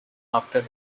after